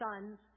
sons